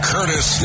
Curtis